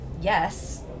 yes